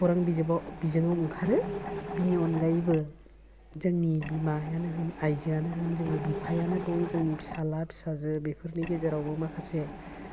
खौरां बिजोबाव बिजोङाव ओंखारो बिनि अनगायैबो जोंनि बिमायानो होन आयजोआनो होन जोंनि बिफायानो बुं जोंनि फिसाला फिसाजो बेफोरनि गेजेरावबो माखासे